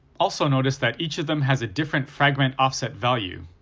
also, notice that each of them has a different fragment offset value,